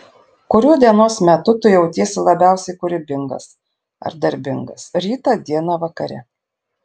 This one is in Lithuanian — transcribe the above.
kuriuo dienos metu tu jautiesi labiausiai kūrybingas ar darbingas rytą dieną vakare